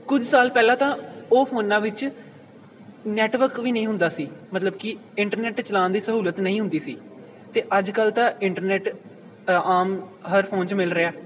ਕੁਝ ਸਾਲ ਪਹਿਲਾਂ ਤਾਂ ਉਹ ਫੋਨਾਂ ਵਿੱਚ ਨੈਟਵਰਕ ਵੀ ਨਹੀਂ ਹੁੰਦਾ ਸੀ ਮਤਲਬ ਕਿ ਇੰਟਰਨੈਟ ਚਲਾਉਣ ਦੀ ਸਹੂਲਤ ਨਹੀਂ ਹੁੰਦੀ ਸੀ ਅਤੇ ਅੱਜ ਕੱਲ੍ਹ ਤਾਂ ਇੰਟਰਨੈਟ ਆਮ ਹਰ ਫੋਨ 'ਚ ਮਿਲ ਰਿਹਾ